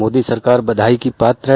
मोदी सरकार बधाई की पात्र है